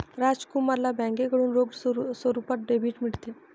राजकुमारला बँकेकडून रोख स्वरूपात डेबिट मिळते